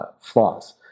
flaws